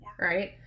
right